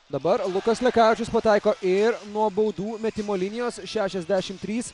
dabar lukas lekavičius pataiko ir nuo baudų metimo linijos šešiasdešim trys